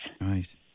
Right